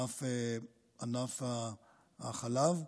ענף החלב.